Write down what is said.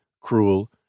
cruel